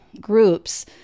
groups